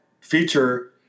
feature –